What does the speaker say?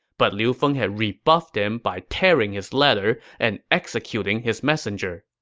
but liu feng had rebuffed him by tearing his letter and executing his messenger.